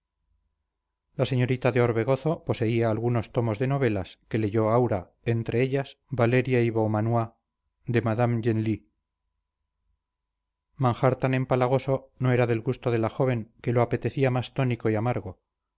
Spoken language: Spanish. la señorita de orbegozo poseía algunos tomos de novelas que leyó aura entre ellas valeria y beaumanoir de madame genlis manjar tan empalagoso no era del gusto de la joven que lo apetecía más tónico y amargo